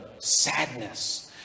sadness